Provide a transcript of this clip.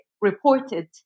reported